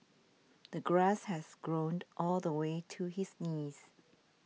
the grass has grown all the way to his knees